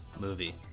movie